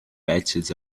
patches